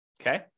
okay